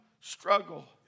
struggle